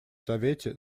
совете